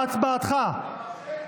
אני שואל אותך מה הצבעתך.